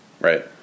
Right